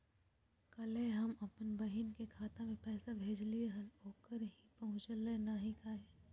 कल्हे हम अपन बहिन के खाता में पैसा भेजलिए हल, ओकरा ही पहुँचलई नई काहे?